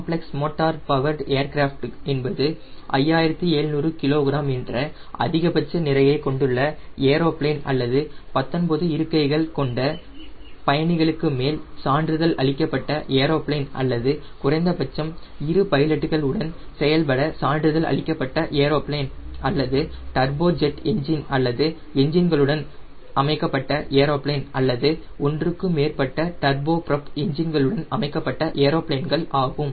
complex motor powered aircraft என்பது 5700 kg என்ற அதிகபட்ச நிறையை கொண்டுள்ள ஏரோபிளேன் அல்லது 19 இருக்கை கொண்ட பயணிகளுக்கு மேல் சான்றிதழ் அளிக்கப்பட்ட ஏரோபிளேன் அல்லது குறைந்தபட்சம் இரு பைலட்டுகள் உடன் செயல்பட சான்றிதழ் அளிக்கப்பட்ட ஏரோபிளேன் அல்லது டர்போஜெட் என்ஜின் அல்லது என்ஜின் களுடன் அமைக்கப்பட்ட ஏரோபிளேன் அல்லது ஒன்றுக்கு மேற்பட்ட டர்போபுராப் எஞ்சின்களுடன் அமைக்கப்பட்ட ஏரோபிளேன்கள் ஆகும்